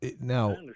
now